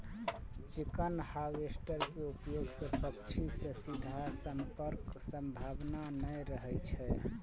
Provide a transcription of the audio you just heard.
chicken harvester के उपयोग सं पक्षी सं सीधा संपर्कक संभावना नै रहै छै